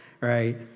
right